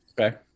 okay